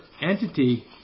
entity